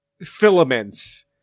filaments